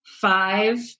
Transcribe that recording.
five